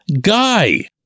guy